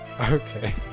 okay